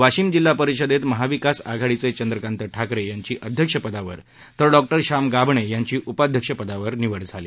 वाशिम जिल्हा परिषदेत महाविकास आघाडीचे चंद्रकांत ठाकरे यांची अध्यक्षपदी तर डॉक् र श्याम गाभणे यांची उपाध्यक्षपदी निवड झाली